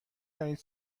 دانید